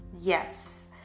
Yes